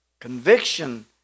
Conviction